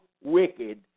wicked